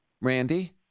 Randy